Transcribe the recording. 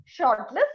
shortlist